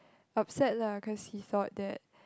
upset lah cause he thought that